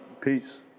Peace